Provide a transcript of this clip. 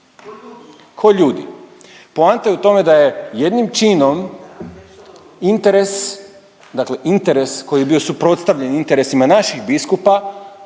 ko ljudi. Poanta je u tome da je jednim činom interes, dakle interes koji je bio suprotstavljen interesima naših biskupa